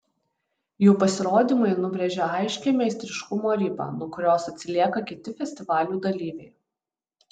jų pasirodymai nubrėžia aiškią meistriškumo ribą nuo kurios atsilieka kiti festivalių dalyviai